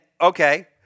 okay